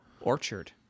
Orchard